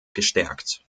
gestärkt